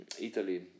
italy